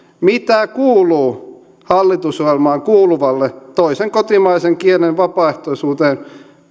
mitä kuuluu hallitusohjelmaan kuuluvalle toisen kotimaisen kielen vapaaehtoisuuteen